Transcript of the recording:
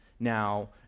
now